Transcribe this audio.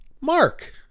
Mark